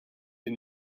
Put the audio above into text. den